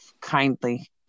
kindly